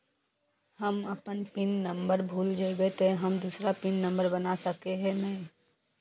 हम अपन pin number भूल जयबे ते हम दूसरा पिन नंबर बना सके है नय?